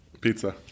Pizza